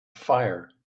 fire